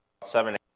seven